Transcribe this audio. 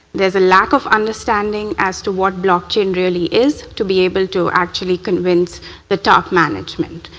there's a lack of understanding as to what blockchain really is, to be able to actually convince the top management.